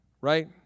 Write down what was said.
right